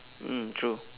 mm true